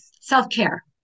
self-care